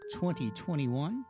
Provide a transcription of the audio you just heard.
2021